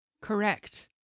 correct